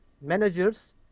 managers